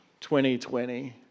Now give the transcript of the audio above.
2020